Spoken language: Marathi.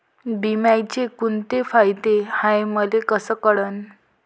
बिम्याचे कुंते फायदे हाय मले कस कळन?